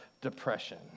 depression